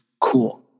cool